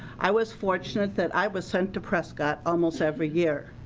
i was fortunate that i was sent to prescott almost every year.